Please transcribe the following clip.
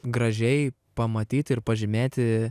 gražiai pamatyti ir pažymėti